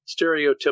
stereotypical